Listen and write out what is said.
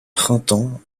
printemps